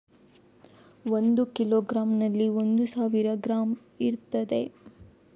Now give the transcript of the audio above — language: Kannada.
ಒಂದು ಕಿಲೋಗ್ರಾಂನಲ್ಲಿ ಒಂದು ಸಾವಿರ ಗ್ರಾಂ ಇರ್ತದೆ